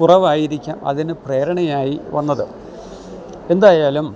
കുറവായിരിക്കാം അതിന് പ്രേരണയായി വന്നത് എന്തായാലും